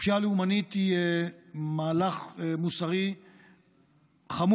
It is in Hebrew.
הפשיעה הלאומנית היא מהלך מוסרי חמור,